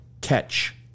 catch